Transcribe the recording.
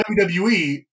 WWE